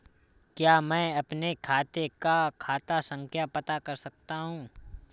क्या मैं अपने खाते का खाता संख्या पता कर सकता हूँ?